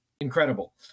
Incredible